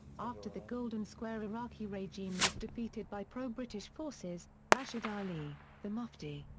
after the golden square iraqi regime was defeated by pro-british forces, rashid ali, the mufti,